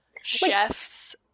chef's